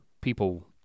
people